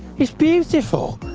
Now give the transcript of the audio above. it's beautiful.